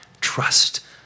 Trust